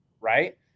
right